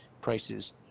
prices